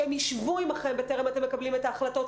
שהם ישבו עמכם בטרם אתם מקבלים את ההחלטות,